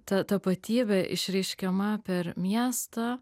ta tapatybė išreiškiama per miestą